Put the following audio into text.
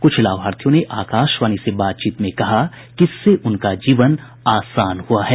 कुछ लाभार्थियों ने आकाशवाणी से बातचीत में कहा कि इससे उनका जीवन आसान हुआ है